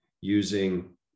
using